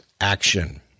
action